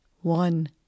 One